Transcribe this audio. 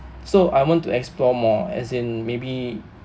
so I want to explore more as in maybe